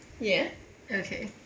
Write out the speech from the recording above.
yeah